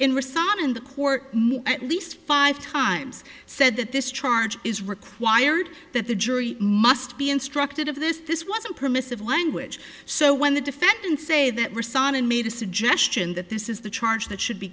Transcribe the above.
court at least five times said that this charge is required that the jury must be instructed of this this was a permissive language so when the defendant say that resign and made a suggestion that this is the charge that should be